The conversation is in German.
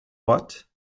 ort